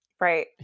right